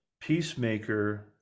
Peacemaker